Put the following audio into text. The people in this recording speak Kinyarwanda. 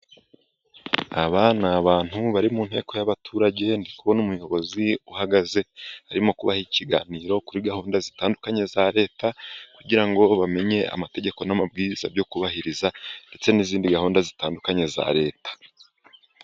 Aba ni abantu bari mu nteko y’abaturage. Ndi kubona umuyobozi uhagaze, arimo kubaha ikiganiro kuri gahunda zitandukanye za Leta, kugira ngo bamenye amategeko n’amabwiriza byo kubahiriza, ndetse n’izindi gahunda zitandukanye za Leta.